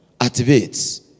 activates